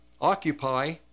occupy